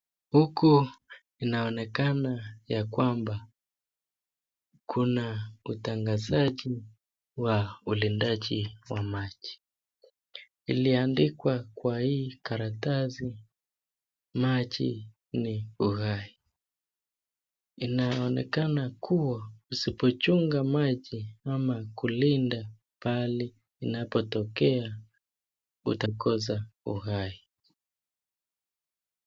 Huku inaonekana ya kwamba kuna utangazaji wa ulindaji wa maji. Iliandikwa kwa hii karatasi maji ni uhai. Inaonekana kuwa usipochunga maji ama kulinda pale inapotokea utakosa uhai.